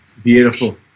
Beautiful